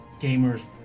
gamers